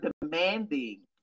demanding